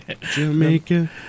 Jamaica